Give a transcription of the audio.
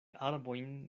arbojn